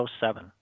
07